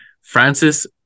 Francis